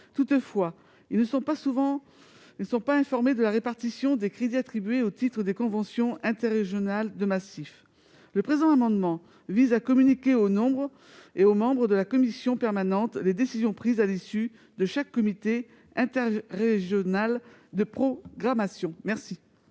souvent qu'ils ne soient pas informés de la répartition des crédits attribués au titre des conventions interrégionales de massifs. Le présent amendement vise à communiquer aux membres de la commission permanente les décisions prises à l'issue de chaque comité interrégional de programmation. Quel